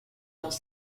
dans